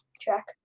track